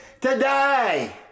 today